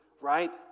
right